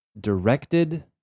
directed